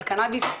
על קנאביס,